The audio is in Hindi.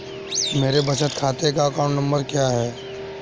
मेरे बचत खाते का अकाउंट नंबर क्या है?